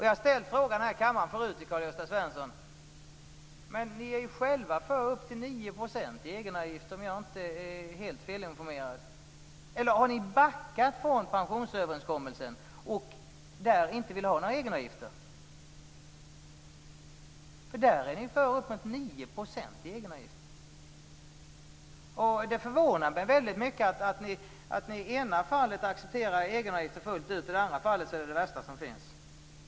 Jag har tidigare ställt den här frågan till Karl-Gösta Svenson: Ni är ju själva för upp till 9 % i egenavgifter, om jag inte är helt felinformerad. Eller har ni backat från pensionsöverenskommelsen? Vill ni inte ha några egenavgifter? Ni är ju för upp till 9 % i egenavgifter där. Det förvånar mig att ni i ena fallet accepterar egenavgifter fullt ut och i det andra fallet anser att det är det värsta som finns.